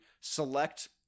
select